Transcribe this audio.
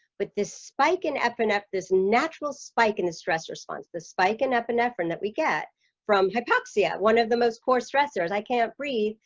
with this spike in epinet this natural spike in the stress response the spike and epinephrine that we get from hypoxia one of the most core stressors i can't breathe.